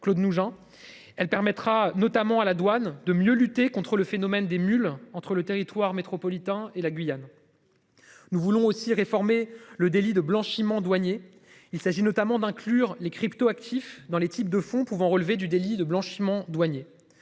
Claude nous Jean elle permettra notamment à la douane de mieux lutter contre le phénomène des mules entre le territoire métropolitain et la Guyane. Nous voulons aussi réformer le délit de blanchiment douaniers. Il s'agit notamment d'inclure les cryptoactifs dans les types de fonds pouvant relever du délit de blanchiment, douaniers,